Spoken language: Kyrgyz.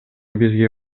бизге